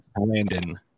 Landon